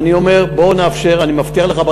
אני מבטיח לך,